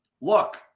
look